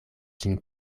ĝin